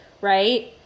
right